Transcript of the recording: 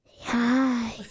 Hi